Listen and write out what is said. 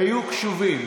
היו קשובים.